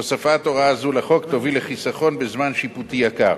הוספת הוראה זו לחוק תוביל לחיסכון בזמן שיפוטי יקר.